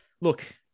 Look